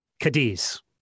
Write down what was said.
Cadiz